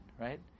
right